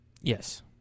yes